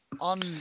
on